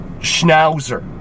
schnauzer